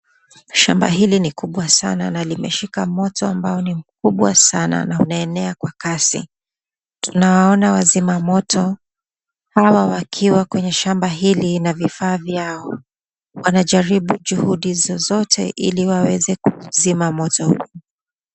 Shamba hili ni kubwa sana na limeshika moto ambayo ni mkubwa sana na unaenea kwa kasi. Tunaona wazima moto hawa wakiwa kwenye shamba hili na vifaa yao. Wanajaribu juhudi zozote ili waweze kuzima moto.